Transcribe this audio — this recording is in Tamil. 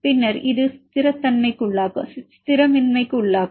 பின்னர் இது ஸ்திரமின்மைக்குள்ளாகும்